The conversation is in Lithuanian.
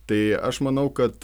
tai aš manau kad